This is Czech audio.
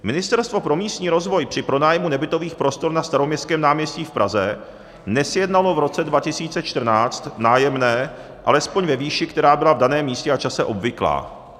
Ministerstvo pro místní rozvoj při pronájmu nebytových prostor na Staroměstském náměstí v Praze nesjednalo v roce 2014 nájemné alespoň ve výši, která byla v daném místě a čase obvyklá.